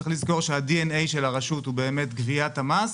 צריך לזכור שהדי.אן.איי של הרשות הוא באמת גביית המס